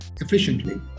efficiently